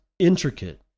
intricate